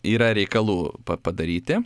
yra reikalų pa padaryti